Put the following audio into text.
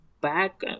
back